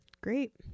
Great